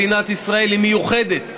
מדינת ישראל היא מיוחדת,